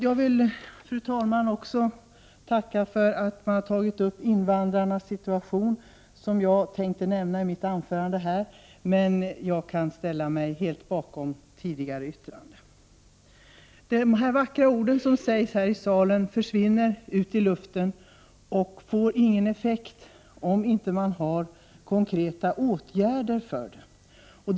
Jag vill tacka för att invandrarnas situation har tagits upp. Jag hade tänkt beröra den i mitt anförande. Jag ställer mig helt bakom det som redan har sagts. 55 De vackra ord som sägs här i salen försvinner ut i luften och får ingen effekt om det inte finns konkreta åtgärder att ta till.